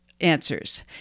answers